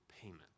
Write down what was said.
payment